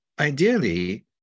ideally